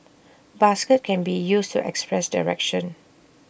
basket can be used to express direction